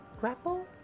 grapple